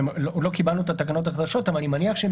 לא קיבלנו את התקנות הנדרשות אבל אני מניח שהם